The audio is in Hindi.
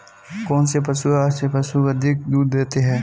कौनसे पशु आहार से पशु अधिक दूध देते हैं?